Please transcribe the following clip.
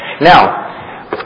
Now